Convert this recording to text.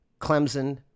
Clemson